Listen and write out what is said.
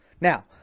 Now